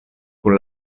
kun